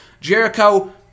Jericho